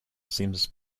seems